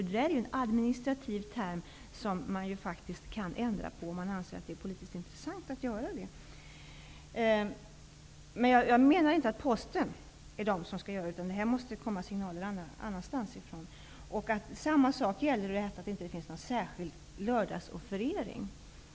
Det är administrativa termer som man faktiskt kan ändra på, om man anser att det är politiskt intressant att göra det. Jag menar inte att det är Posten som skall göra det, utan här måste det komma signaler annanstans ifrån. Samma sak gäller detta att det inte finns någon särskild lördagsofferering.